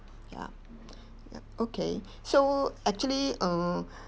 ya yup okay so actually err